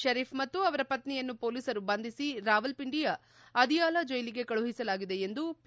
ಶರೀಫ್ ಮತ್ತು ಅವರ ಪತ್ನಿಯನ್ನು ಪೊಲೀಸರು ಬಂಧಿಸಿ ರಾವಲ್ವಿಂಡಿಯ ಅದಿಯಾಲ ಜೈಲಿಗೆ ಕಳುಹಿಸಲಾಗಿದೆ ಎಂದು ಪಿ